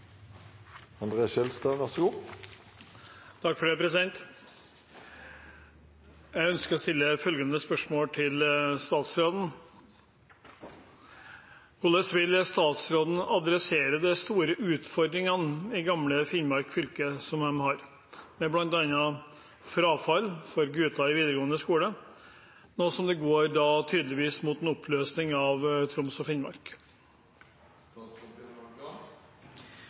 statsråden: «Hvordan vil statsråden adressere de store utfordringene gamle Finnmark fylke har, med blant annet frafall for gutter i videregående skole, nå som det går mot oppløsning av Troms og Finnmark?»